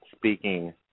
speaking